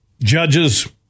judges